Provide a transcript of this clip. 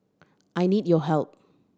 I need your help